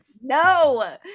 No